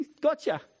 Gotcha